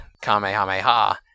Kamehameha